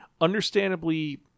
understandably